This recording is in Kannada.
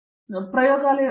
ದಂಡದ ಪ್ರಯೋಗಾಲಯಗಳು